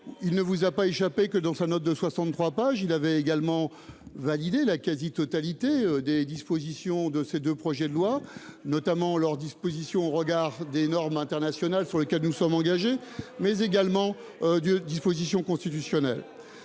Il ne vous a pas échappé que, dans sa note de 63 pages, le Conseil d'État a également validé la quasi-totalité des dispositions des deux projets de loi, notamment leurs dispositions tendant au respect de normes internationales à l'égard desquelles nous sommes engagés, mais également de dispositions constitutionnelles.